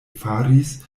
faris